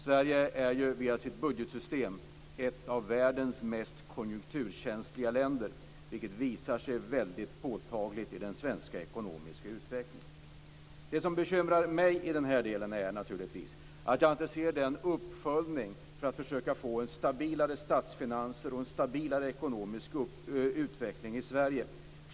Sverige är ju till följd av sitt budgetsystem ett av världens mest konjunkturkänsligaste länder, vilket visar sig väldigt påtagligt i den svenska ekonomiska utvecklingen. Det som bekymrar mig är naturligtvis att jag inte ser någon uppföljning för att man skall försöka att få stabilare statsfinanser och en stabilare ekonomisk utveckling i Sverige.